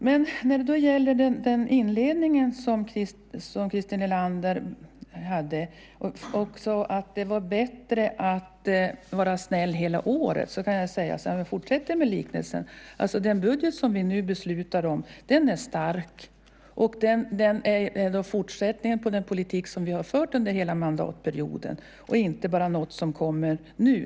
Men när det gäller Christer Nylanders inledning, att det är bättre att vara snäll hela året, kan jag säga, för att fortsätta med liknelsen, att den budget som vi nu beslutar om är stark och en fortsättning på den politik som vi har fört under hela mandatperioden och inte bara något som kommer nu.